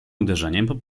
uderzeniem